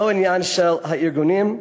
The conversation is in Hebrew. לא עניין של הארגונים,